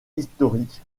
historique